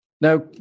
Now